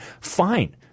Fine